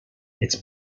its